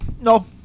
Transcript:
No